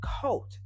coat